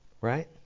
Right